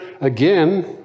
again